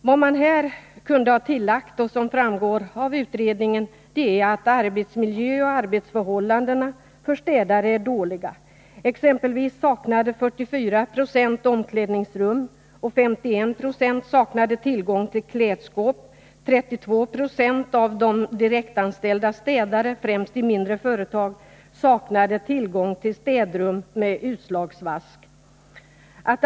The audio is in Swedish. Vad man här kunde ha tillagt och som framgår av utredningen är att arbetsmiljö och arbetsförhållanden för städare är dåliga. Exempelvis saknade 44 96 omklädningsrum, och 51 96 saknade tillgång till klädskåp. 32 Jo av direktanställda städare, främst i mindre företag, saknade tillgång till städrum med utslagsvask.